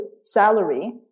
salary